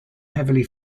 heavily